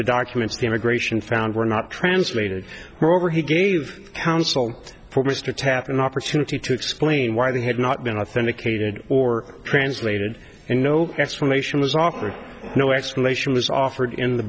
the documents the immigration found were not translated moreover he gave counsel for mr tappan opportunity to explain why they had not been authenticated or translated and no explanation was offered no explanation was offered in the